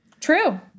True